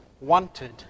wanted